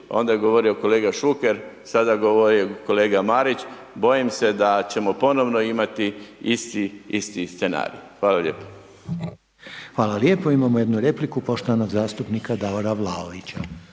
onda je govorio kolega Šuker, sada govori kolega Marić, bojim se da ćemo ponovno imati isti, isti scenarij. Hvala lijepo. **Reiner, Željko (HDZ)** Hvala lijepo. Imao jednu repliku poštovanog zastupnika Davora Vlaovića.